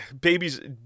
Babies